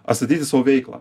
atstatyti savo veiklą